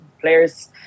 players